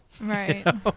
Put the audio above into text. Right